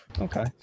okay